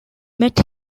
met